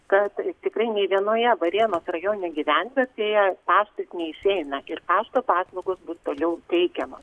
kad tikrai nei vienoje varėnos rajone gyvenvietėje paštas neišeina ir pašto paslaugos bus toliau teikiama